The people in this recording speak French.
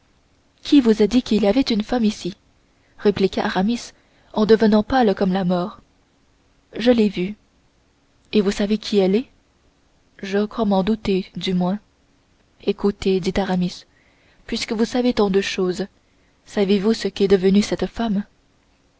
qui vous a dit qu'il y avait une femme ici répliqua aramis en devenant pâle comme la mort je l'ai vue et vous savez qui elle est je crois m'en douter du moins écoutez dit aramis puisque vous savez tant de choses savezvous ce qu'est devenue cette femme